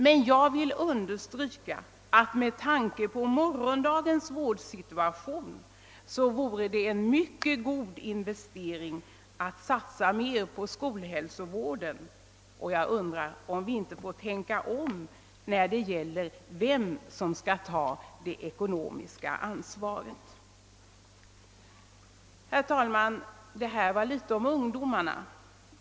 Men jag vill understryka att det med tanke på morgondagens vårdsituation vore en mycket god investering att satsa mer på skolhälsovården. Jag undrar också om man inte får lov att tänka om när det gäller frå+x gan vem som skall ta det ekonomiska ansvaret. Herr talman! Det här var litet grand om ungdomarna.